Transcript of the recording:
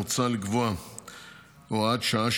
מוצע לקבוע הוראת שעה,